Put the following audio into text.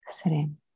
sitting